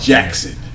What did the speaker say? Jackson